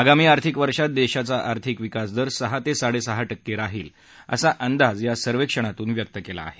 आगामी आर्थिक वर्षात देशाचा आर्थिक विकास दर सहा ते साडेसहा टक्के राहील असा अंदाज या सर्वेक्षणातून व्यक्त केला आहे